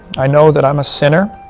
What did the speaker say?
i know that i'm a sinner.